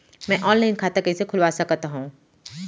मैं ऑनलाइन खाता कइसे खुलवा सकत हव?